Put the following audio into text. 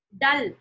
Dull